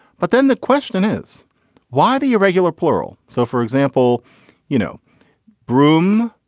but then the question is why the irregular plural. so for example you know broome.